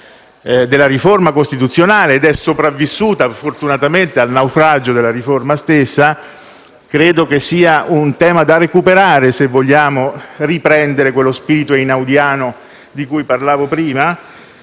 della riforma costituzionale ed è fortunatamente sopravvissuta al naufragio della riforma stessa; credo sia un tema da recuperare se vogliamo riprendere quello spirito einaudiano di cui parlavo prima.